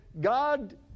God